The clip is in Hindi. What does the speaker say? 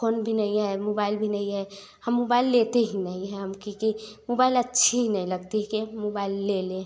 फोन भी नहीं है मुबाइल भी नहीं है हम मुबाइल लेते ही नही है हम केके मुबाइल अच्छी ही नहीं लगती कि मुबाइल ले लें